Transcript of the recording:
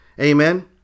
amen